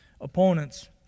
Opponents